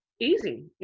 easy